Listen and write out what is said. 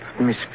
Miss